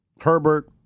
Herbert